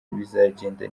bizagenda